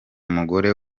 mugore